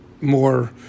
more